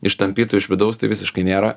ištampytų iš vidaus tai visiškai nėra